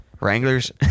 Wranglers